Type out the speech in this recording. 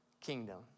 kingdom